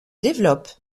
développent